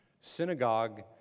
Synagogue